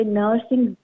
nursing